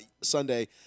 Sunday